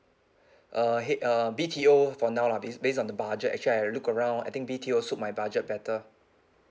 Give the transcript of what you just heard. uh H uh B_T_O for now lah because based on the budget actually I look around I think B_T_O suit my budget better